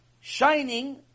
Shining